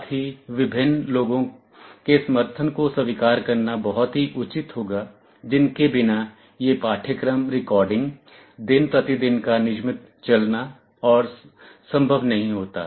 साथ ही विभिन्न लोगों के समर्थन को स्वीकार करना बहुत ही उचित होगा जिनके बिना यह पाठ्यक्रम रिकॉर्डिंग दिन प्रतिदिन का नियमित चलना आदि संभव नहीं होता